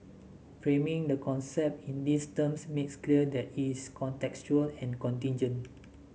framing the concept in these terms makes clear that is contextual and contingent